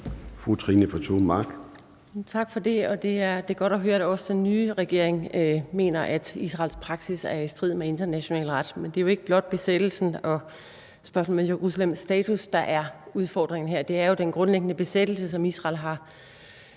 Trine Pertou Mach (EL): Tak for det. Det er godt at høre, at også den nye regering mener, at Israels praksis er i strid med international ret. Det er jo ikke blot besættelsen og spørgsmålet om Jerusalems status, der er udfordringen her, men det er grundlæggende også den besættelse, som Israel har